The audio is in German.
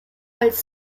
als